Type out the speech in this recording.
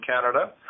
Canada